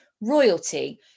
Royalty